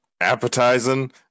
appetizing